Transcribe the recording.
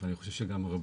אבל אני חושב שגם הרבה